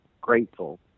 grateful